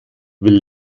will